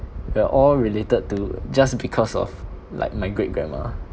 we are all related to just because of like my great grandma